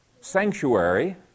sanctuary